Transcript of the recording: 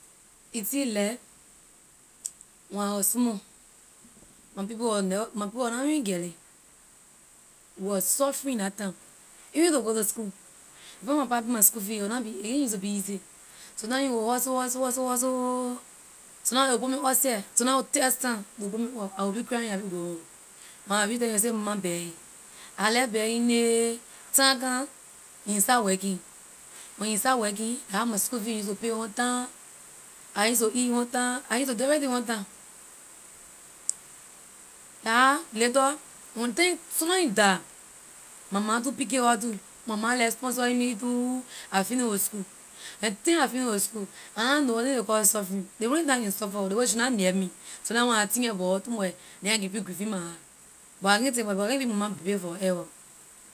You see life when I was small my people was neve- my people was na even get ley we wor suffering la time even to go to school before my pa pay my school fees a will na be ain’t used to be easy sometime he will hustle hustle hustle hustle oo sometime ley will put me out she sometime o test time ley will put me out I will be crying I be going home when reach the he will say mama bear it I left bearing ney time come he start working when he start working la how my school fees use to pay on time I use to eat on time I use to do everything on time la how later until soona he die my ma too pick it up too my ma left sponsoring me too I finish with school until I finish with school I na know wetin ley call suffering ley only thing la can suffer ley way she na near me sometime when I think about her too much then I can be grieving in my heart but I can’t think about her because I can’t be mama baby forever.